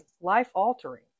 life-altering